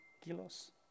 kilos